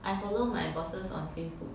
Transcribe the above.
I follow my bosses on Facebook